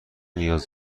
نیاز